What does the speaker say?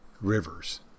rivers